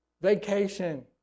vacation